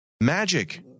magic